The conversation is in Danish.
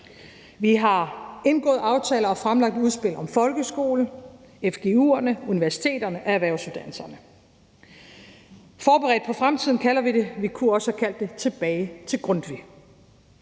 Vi har indgået aftaler og fremlagt udspil om folkeskolen, fgu'erne, universiteterne og erhvervsuddannelserne. »Forberedt på Fremtiden«, kalder vi det, og vi kunne også have kaldt det Tilbage til Grundtvig.